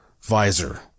Visor